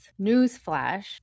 newsflash